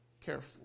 careful